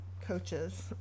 coaches